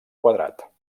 quadrat